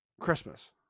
Christmas